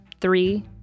three